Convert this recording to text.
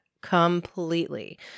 completely